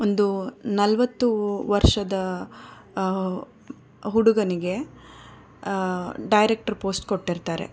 ಒಂದು ನಲವತ್ತು ವರ್ಷದ ಹುಡುಗನಿಗೆ ಡೈರೆಕ್ಟರ್ ಪೋಸ್ಟ್ ಕೊಟ್ಟಿರ್ತಾರೆ